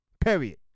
Period